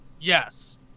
Yes